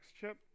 chip